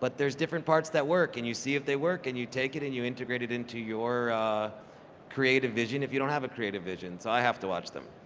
but there's different parts that work, and you see if they work, and you take it and you integrate it into your creative vision if you don't have a creative vision. so i have to watch them.